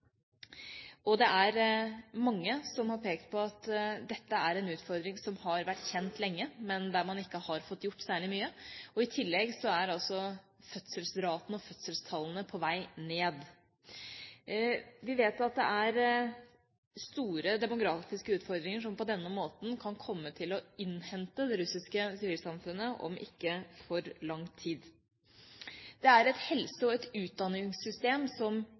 Og det er mange som har pekt på at dette er en utfordring som har vært kjent lenge, men der man ikke har fått gjort særlig mye. I tillegg er altså fødselsraten og fødselstallene på vei ned. Vi vet at det er store demografiske utfordringer som på denne måten kan komme til å innhente det russiske sivilsamfunnet om ikke for lang tid. Det er et helse- og et utdanningssystem som